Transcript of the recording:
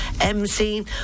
MC